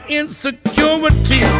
insecurity